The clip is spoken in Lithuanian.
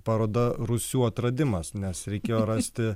paroda rūsių atradimas nes reikėjo rasti